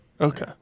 Okay